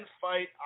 fight